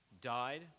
died